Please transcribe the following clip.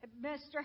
Mr